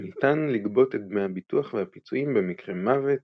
כשניתן לגבות את דמי הביטוח והפיצויים במקרה מוות,